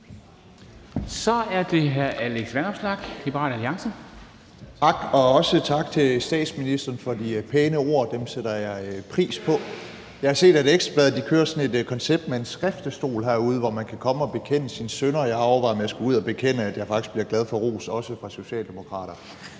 Kl. 23:54 Alex Vanopslagh (LA): Tak, og også tak til statsministeren for de pæne ord. Dem sætter jeg pris på. Jeg har set, at Ekstra Bladet kører sådan et koncept med en skriftestol herude, hvor man kan komme og bekende sine synder, og jeg har overvejet, om jeg skulle ud at bekende, at jeg faktisk bliver glad fra ros også fra socialdemokrater.